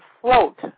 float